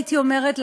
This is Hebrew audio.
הייתי אומרת,